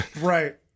right